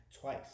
twice